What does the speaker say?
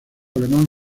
alemán